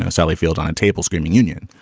ah sally field on tablespoon union,